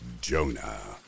Jonah